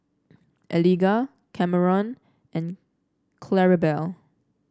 Eliga Kameron and Claribel